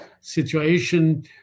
situation